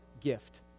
gift